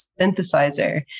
synthesizer